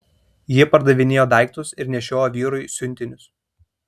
ji pardavinėjo daiktus ir nešiojo vyrui siuntinius